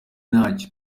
ntacyo